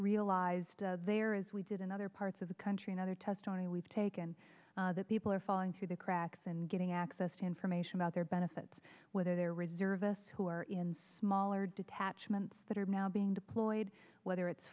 realized there as we did in other parts of the country and other testimony we've taken that people are falling through the cracks and getting access to information about their benefits whether they're reservists who are in smaller detachments that are now being deployed whether it's